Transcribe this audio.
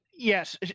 Yes